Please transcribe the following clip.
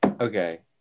Okay